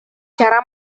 cara